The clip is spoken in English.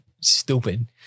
stupid